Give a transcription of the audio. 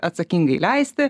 atsakingai leisti